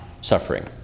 suffering